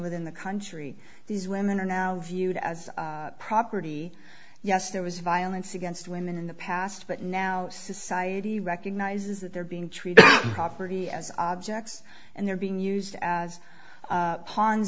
within the country these women are now viewed as property yes there was violence against women in the past but now society recognizes that they're being treated property as objects and they're being used as pawns